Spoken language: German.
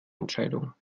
entscheidung